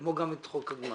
כמו גם עם חוק הגמ"חים,